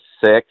Six